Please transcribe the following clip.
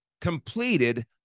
completed